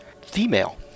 female